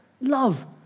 love